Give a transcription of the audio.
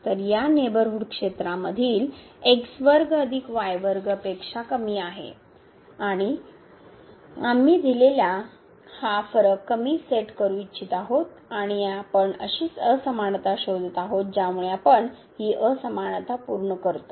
तर या नेबरहूड क्षेत्रामधील पेक्षा कमी आहे आणि आम्ही दिलेल्या हा फरक कमी सेट करू इच्छित आहोत आणि आम्ही अशी असमानता शोधत आहोत ज्यामुळे आम्ही ही असमानता पूर्ण करतो